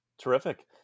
Terrific